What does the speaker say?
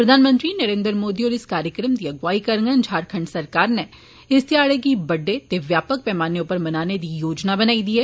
प्रधानमंत्री नरेन्द्र मोदी इस कार्यक्रम दी अगुवाई करङन झारखंड सरकार नै इस ध्याड़े गी बड़े ते व्यापक पैमाने उप्पर मनाने दी योजना बनाई दी ऐ